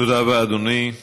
תודה רבה, אדוני.